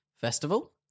Festival